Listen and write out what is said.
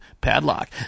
Padlock